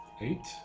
Eight